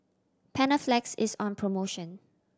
Panaflex is on promotion